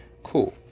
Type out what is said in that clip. cool